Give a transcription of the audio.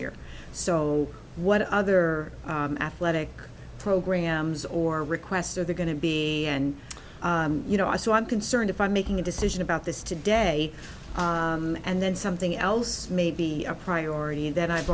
year so what other athletic programs or requests are there going to be and you know i so i'm concerned if i'm making a decision about this today and then something else may be a priority that i've